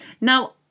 Now